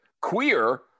queer